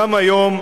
גם היום,